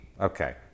okay